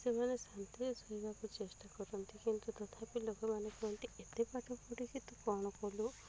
ସେମାନେ ଶାନ୍ତିରେ ଶୋଇବାକୁ ଚେଷ୍ଟା କରନ୍ତି କିନ୍ତୁ ତଥାପି ଲୋକମାନେ କୁହନ୍ତି ଏତେ ପାଠ ପଢ଼ିକି ତୁ କ'ଣ କଲୁ